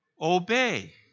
obey